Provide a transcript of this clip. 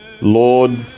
Lord